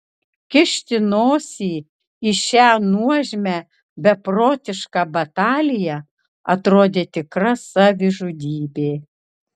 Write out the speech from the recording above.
kišti nosį į šią nuožmią beprotišką bataliją atrodė tikra savižudybė